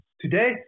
Today